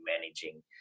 managing